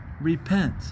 repent